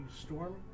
storm